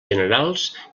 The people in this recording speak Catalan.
generals